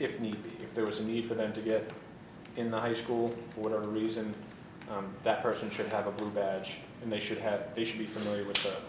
if need be if there was a need for them to get in the high school for whatever reason that person should have a blue badge and they should have visually familiar with